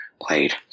played